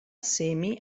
semi